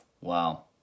Wow